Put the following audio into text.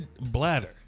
Bladder